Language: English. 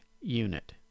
unit